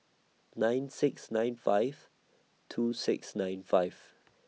nine six nine five two six nine five